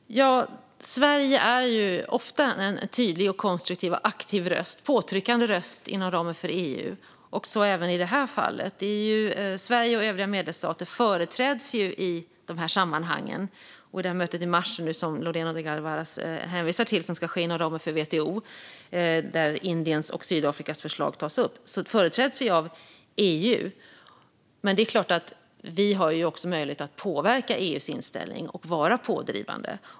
Fru talman! Sverige är ofta en tydlig, konstruktiv och aktiv röst. Vi är en påtryckande röst inom ramen för EU, så även i det här fallet. Sverige och övriga medlemsstater företräds i de här sammanhangen av EU. Det gäller bland annat det möte i mars som Lorena Delgado Varas hänvisar till och som ska ske inom ramen för WTO, där Indiens och Sydafrikas förslag tas upp. Men det är klart att Sverige också har möjlighet att påverka EU:s inställning och vara pådrivande.